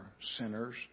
sinners